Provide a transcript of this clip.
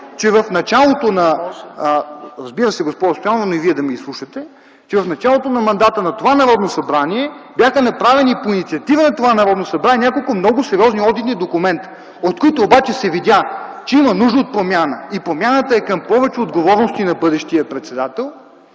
че в началото на мандата бяха направени – по инициатива на това Народно събрание – няколко много сериозни одитни документа, от които обаче се видя, че има нужда от промяна. И промяната е към повече отговорности на бъдещия председател